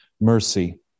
mercy